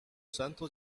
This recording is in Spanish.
santos